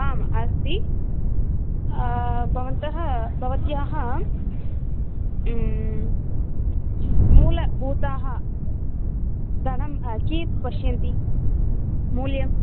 आम् अस्ति भवन्तः भवत्याः मूलभूताः धनं कियत् पश्यन्ति मूल्यं